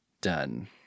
Done